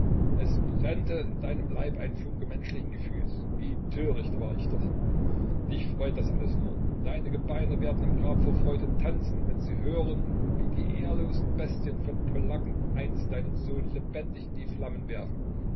es brennte in deinem leib ein funke menschlichen gefühls wie töricht war ich doch dich freut das alles nur deine gebeine werden im grab vor freude tanzen wenn sie hören wie die ehrlosen bestien von polacken einst deinen sohn lebendig in die flammen werfen